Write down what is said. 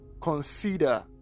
consider